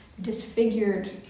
disfigured